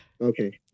okay